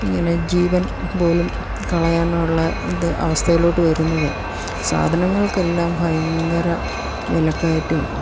ഇങ്ങനെ ജീവൻ പോലും കളയാനുള്ള ഇത് അവസ്ഥയിലോട്ട് വരുന്നത് സാധനങ്ങൾക്ക് എല്ലാം ഭയങ്കര വിലക്കയറ്റവും